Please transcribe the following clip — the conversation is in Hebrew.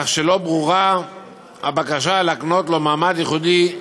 כך שלא ברורה הבקשה להקנות לו מעמד ייחודי,